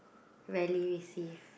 rarely receive